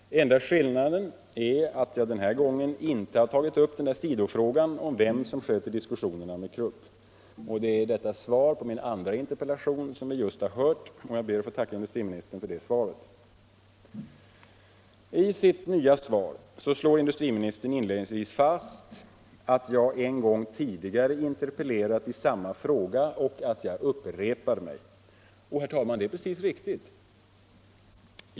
Enda skillnaden är att jag den här gången inte har tagit upp sidofrågan om vem som sköter diskussionerna med Krupp. Det är svaret på denna min andra interpellation som vi just har hört, och jag ber att få tacka industriministern för det. I sitt nya svar slår industriministern inledningsvis fast, att jag en gång tidigare interpellerat i samma fråga och att jag upprepar mig — och, herr talman, det är precis riktigt.